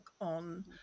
on